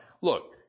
Look